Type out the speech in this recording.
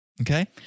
Okay